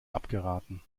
abgeraten